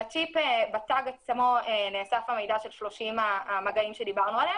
בתג עצמו נאסף המידע של 30 המגעים שדיברנו עליהם.